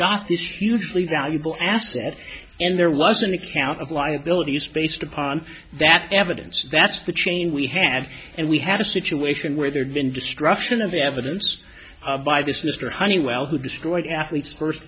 got this hugely valuable asset and there was an account of liabilities based upon that evidence that's the chain we had and we had a situation where there'd been destruction of the evidence by this mr honeywell who destroyed athletes first